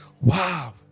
wow